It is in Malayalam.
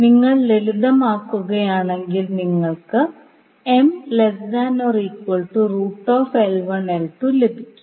നിങ്ങൾ ലളിതമാക്കുകയാണെങ്കിൽ നിങ്ങൾക്ക് ലഭിക്കും